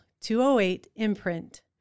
208-IMPRINT